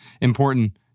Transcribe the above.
important